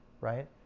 right